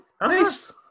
Nice